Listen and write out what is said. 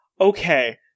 Okay